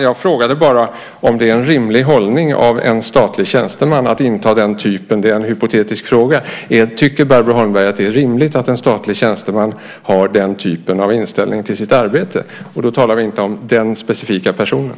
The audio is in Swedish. Jag frågade bara om det är en rimlig hållning hos en statlig tjänsteman - det är en hypotetisk fråga - alltså om Barbro Holmberg tycker att det är rimligt att en statlig tjänsteman har den här typen av inställning till sitt arbete. Då talar vi inte om den specifika personen.